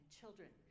children